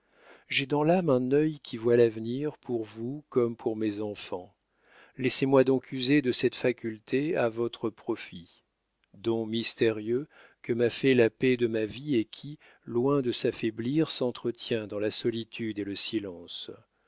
j'ai dans l'âme un œil qui voit l'avenir pour vous comme pour mes enfants laissez-moi donc user de cette faculté à votre profit don mystérieux que m'a fait la paix de ma vie et qui loin de s'affaiblir s'entretient dans la solitude et le silence